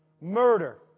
murder